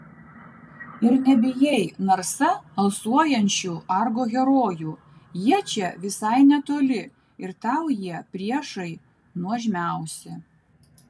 ir nebijai narsa alsuojančių argo herojų jie čia visai netoli ir tau jie priešai nuožmiausi